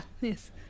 Yes